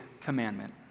commandment